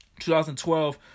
2012